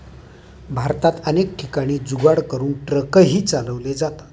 भारतात अनेक ठिकाणी जुगाड करून ट्रकही चालवले जातात